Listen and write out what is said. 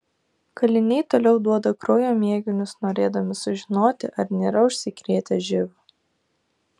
kaliniai toliau duoda kraujo mėginius norėdami sužinoti ar nėra užsikrėtę živ